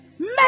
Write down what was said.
Make